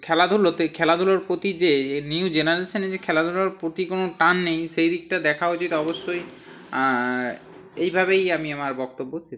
খেলাধুলোতে খেলাধুলোর প্রতি যে নিউ জেনারেশনে যে খেলাধুলোর প্রতি কোনও টান নেই সেই দিকটা দেখা উচিত অবশ্যই এইভাবেই আমি আমার বক্তব্য শেষ করছি